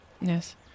Yes